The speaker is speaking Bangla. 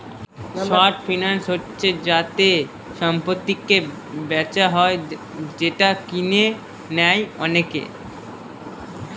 শর্ট ফিন্যান্স হচ্ছে যাতে সম্পত্তিকে বেচা হয় যেটা কিনে নেয় অনেকে